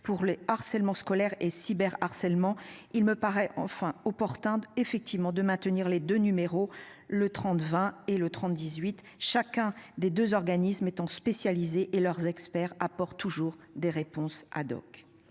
pour le harcèlement scolaire et cyber harcèlement. Il me paraît enfin opportun effectivement de maintenir les deux numéros, le 30 20 et le 30 18. Chacun des 2 organismes étant spécialisé et leurs experts apporte toujours des réponses.